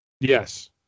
Yes